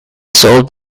sold